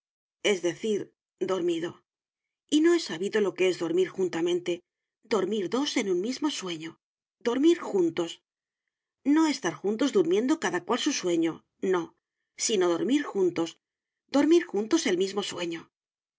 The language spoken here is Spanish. es decir dormido y no he sabido lo que es dormir juntamente dormir dos un mismo sueño dormir juntos no estar juntos durmiendo cada cual su sueño no sino dormir juntos dormir juntos el mismo sueño